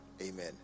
amen